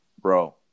bro